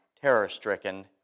terror-stricken